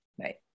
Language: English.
Right